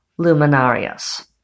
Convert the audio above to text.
luminarias